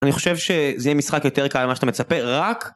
אני חושב שזה יהיה משחק יותר קל למה שאתה מצפה, רק...